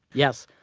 yes,